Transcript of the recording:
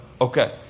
Okay